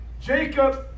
Jacob